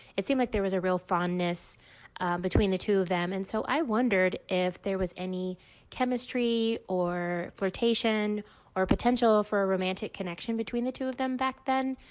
it seemed like there was a real fondness between the two of them, and so, i wondered if there was any chemistry or flirtation or potential for a romantic connection between the two of them back then?